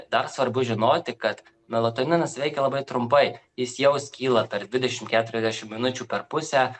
dar svarbu žinoti kad melatoninas veikia labai trumpai jis jau skyla per dvidešimt keturiasdešimt minučių per pusę